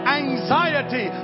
anxiety